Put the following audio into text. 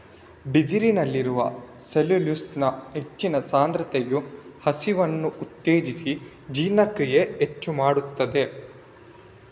ಬಿದಿರಿನಲ್ಲಿರುವ ಸೆಲ್ಯುಲೋಸ್ನ ಹೆಚ್ಚಿನ ಸಾಂದ್ರತೆಯು ಹಸಿವನ್ನ ಉತ್ತೇಜಿಸಿ ಜೀರ್ಣಕ್ರಿಯೆ ಹೆಚ್ಚು ಮಾಡ್ತದೆ